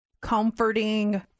comforting